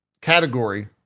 category